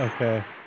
Okay